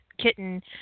kitten